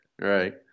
right